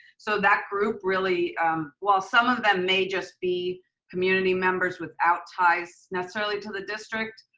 so that group really well some of them may just be community members without ties necessarily to the district.